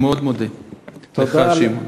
אני מאוד מודה לך, שמעון.